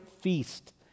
feast